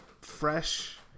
fresh